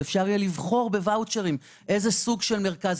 שאפשר יהיה לבחור בוואוצ'רים איזה סוג של מרכז